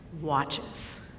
watches